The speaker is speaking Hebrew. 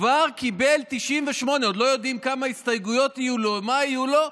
כבר קיבל 98. עוד לא יודעים כמה הסתייגויות יהיו ומה יהיו לו,